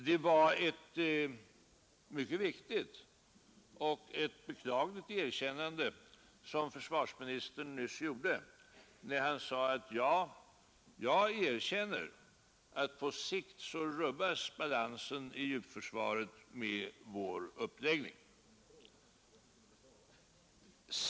Fru talman! Det var ett viktigt och mycket beklagligt erkännande som försvarsministern nyss gjorde, när han sade: Jag erkänner att på sikt rubbas balansen i djupförsvaret med vår uppläggning.